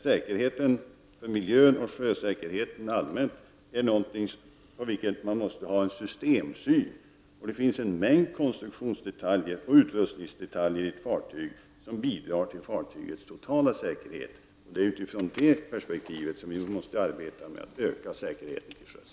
Säkerheten för miljön och sjösäkerheten allmänt är någonting som vi måste ha en systemsyn på. Det finns en mängd konstruktionsdetaljer och utrustningsdetaljer när det gäller ett fartyg som bidrar till fartygets totala säkerhet. Det är utifrån det perspektivet som vi måste arbeta med frågan om ökad säkerhet till sjöss.